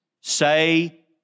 Say